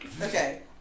Okay